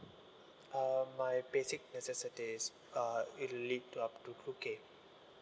uh my basic necessities uh it lead up to two K